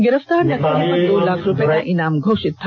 गिरफ़तार नक्सली पर दो लाख का इनाम घोषित था